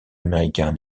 américain